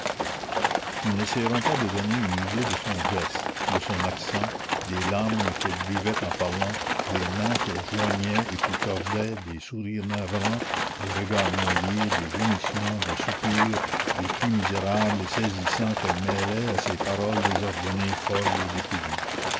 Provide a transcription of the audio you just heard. nous n'essaierons pas de donner une idée de son geste de son accent des larmes qu'elle buvait en parlant des mains qu'elle joignait et puis tordait des sourires navrants des regards noyés des gémissements des soupirs des cris misérables et saisissants qu'elle mêlait à ses paroles désordonnées folles et décousues